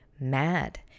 mad